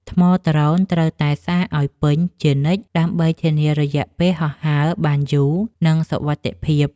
ថ្មដ្រូន ត្រូវតែសាកឱ្យពេញជានិច្ច ដើម្បីធានារយៈពេលហោះហើរបានយូរ និងសុវត្ថិភាព។